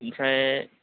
ओमफ्राय